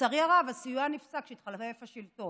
לצערי הרב, הסיוע נפסק כשהתחלף השלטון,